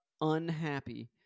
unhappy